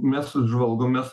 mes žvalgomės